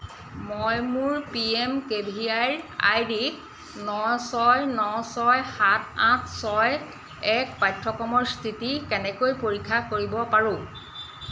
মই মোৰ P M K V আইৰ আই ডি ন ছয় ন ছয় সাত আঠ ছয় এক পাঠ্যক্ৰমৰ স্থিতি কেনেকৈ পৰীক্ষা কৰিব পাৰোঁ